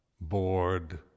bored